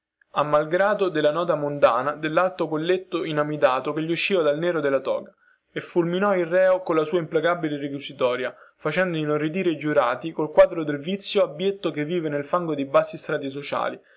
a malgrado della nota mondana dellalto goletto inglese che gli usciva dal nero della toga e fulminò il reo colla sua implacabile requisitoria facendo inorridire i giurati col quadro del vizio abbietto che vive nel fango dei bassi strati sociali